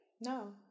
No